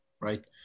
right